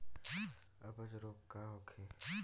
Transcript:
अपच रोग का होखे?